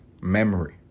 memory